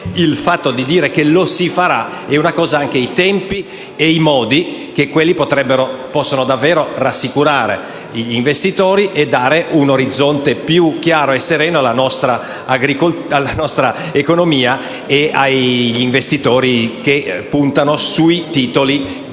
cosa è dire che lo si farà e un’altra cosa è definirne i tempi e i modi, che potrebbero davvero rassicurare gli investitori e dare un orizzonte più chiaro e sereno alla nostra economia e agli investitori che puntano sui titoli di